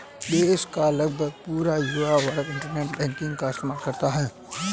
देश का लगभग पूरा युवा वर्ग इन्टरनेट बैंकिंग का इस्तेमाल करता है